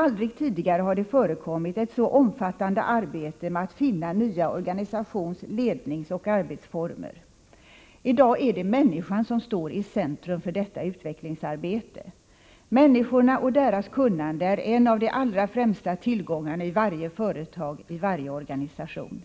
Aldrig tidigare har det förekommit ett så omfattande arbete med att finna nya organisations-, ledningsoch arbetsformer. I dag är det människan som står i centrum för detta utvecklingsarbete. Människorna och deras kunnande är en av de allra främsta tillgångarna i varje företag, i varje organisation.